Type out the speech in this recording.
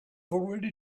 already